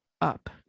up